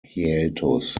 hiatus